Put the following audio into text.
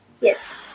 yes